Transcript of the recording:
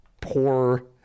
poor